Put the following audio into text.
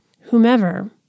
Whomever